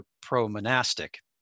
pro-monastic